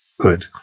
good